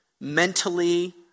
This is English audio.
mentally